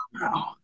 Wow